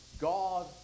God